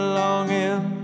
longing